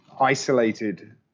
isolated